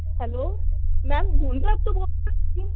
hello ma'am Moon Club ਤੋਂ ਬੋਲਦੇ ਤੁਸੀਂ